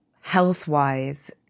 Health-wise